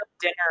dinner